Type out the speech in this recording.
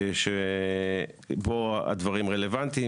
שפה הדברים רלוונטיים,